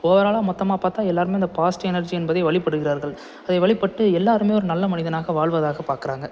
ஓவராலாக மொத்தமாக பார்த்தா எல்லாருமே இந்த பாசிட்டிவ் எனர்ஜி என்பதை வழிபடுகிறார்கள் அதை வழிபட்டு எல்லாருமே ஒரு நல்ல மனிதனாக வாழ்வதாக பார்க்குறாங்க